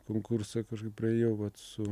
konkursą kažkokį praėjau vat su